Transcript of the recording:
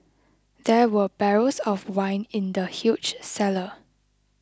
there were barrels of wine in the huge cellar